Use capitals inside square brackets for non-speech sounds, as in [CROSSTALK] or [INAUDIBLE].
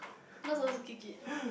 not supposed to kick it [BREATH]